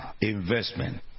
investment